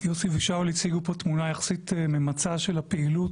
יוסי ושאול הציגו פה תמונה יחסית ממצה של הפעילות.